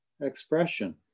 Expression